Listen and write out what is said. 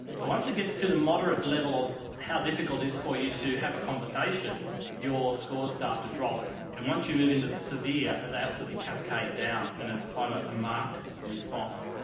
but once it gets to the moderate level of how difficult it is for you to have a conversation your scores start to drop and once you move into the severe they absolutely cascade down and there's quite a a marked response.